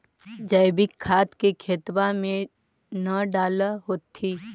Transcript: जैवीक खाद के खेतबा मे न डाल होथिं?